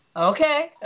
Okay